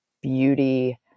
beauty